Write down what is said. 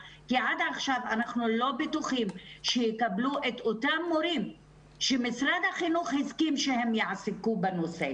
בעיקר על מצבם של אותם כ-1,500 ילדים שזכאים לשירותים במסגרת התכנית.